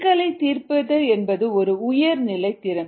சிக்கலைத் தீர்ப்பது என்பது ஒரு உயர் நிலை திறன்